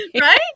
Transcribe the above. right